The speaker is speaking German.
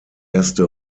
erste